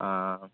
ആ